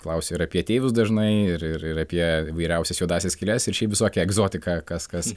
klausia ir apie ateivius dažnai ir ir ir apie įvairiausias juodąsias skyles ir šiaip visokią egzotiką kas kas